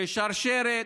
שרשרת,